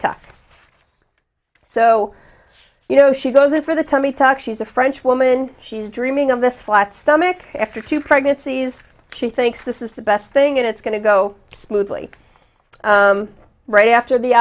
tuck so you know she goes in for the tummy tuck she's a frenchwoman she's dreaming of this flat stomach after two pregnancies she thinks this is the best thing and it's going to go smoothly right after the